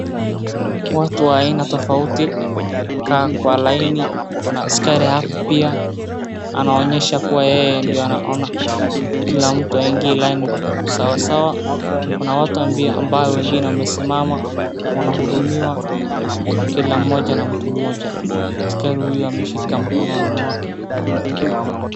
Watu wa aina tofauti wamekaa kwa laini, kuna askari hapo pia, anaonyesha kuwa yeye ndio anaona kila mtu aingie laini sawasawa, kuna watu ambao wengine wamesimama, wanahudumiwa, kila mmoja na mtu mmoja, askari huyu ameshika mkononi mwake.